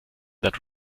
that